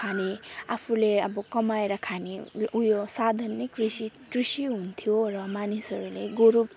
खाने आफूले अब कमाएर खाने उयो साधन नै कृषि कृषि हुन्थ्यो र मानिसहरूले गोरु